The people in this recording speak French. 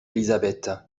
elisabeth